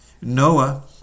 Noah